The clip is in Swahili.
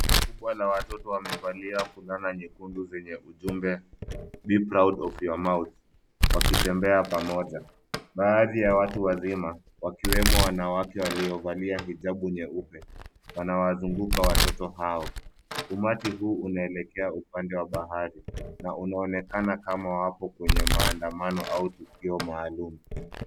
Kundi kubwa la watoto wamevalia fulana nyekundu zenye ujumbe, Be proud of your mouth , wakitembea pamoja. Baadhi ya watu wazima, wakiwemo wanawake waliovalia hijabu nyeupe, wanawazunguka watoto hao. Umati huu unaelekea upande wa bahari. Na unaonekana kama wapo kwenye maandamano au tukio maalum.